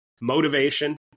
motivation